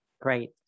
Great